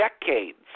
decades